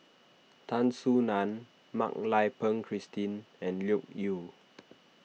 Tan Soo Nan Mak Lai Peng Christine and Loke Yew